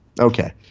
Okay